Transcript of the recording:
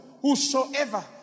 Whosoever